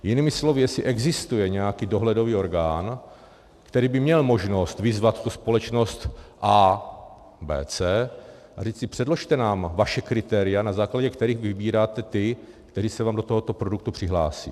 Jinými slovy jestli existuje nějaký dohledový orgán, který by měl možnost vyzvat tu společnost ABC a říci: předložte nám vaše kritéria, na základě kterých vybíráte ty, kteří se vám do tohoto produktu přihlásí.